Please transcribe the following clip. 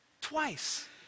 twice